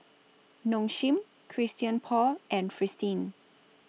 Nong Shim Christian Paul and Fristine